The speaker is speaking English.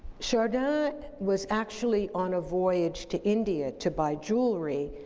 chardin was actually on a voyage to india to buy jewelry,